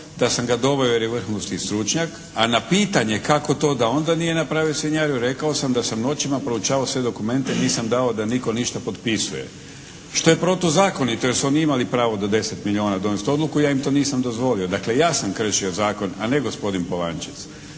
da sam ga doveo jer je vrhunski stručnjak, a na pitanje kako to da onda nije napravio svinjariju rekao sam da sam noćima proučavao sve dokumente, nisam dao da nitko ništa potpisuje što je protuzakonito jer smo mi imali pravo do 10 milijuna donijet odluku, ja im to nisam dozvolio. Dakle ja sam kršio zakon, a ne gospodin Polančec.